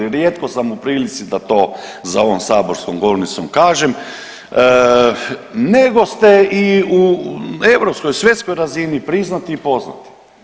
Rijetko sam u prilici da to za ovom saborskom govornicom kažem, nego ste i u europskoj, svjetskoj razini priznati i poznati.